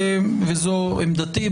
זו עמדתי.